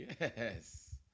yes